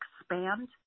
expand